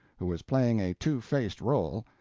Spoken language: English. who was playing a two-faced role,